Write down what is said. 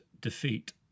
defeat